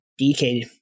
DK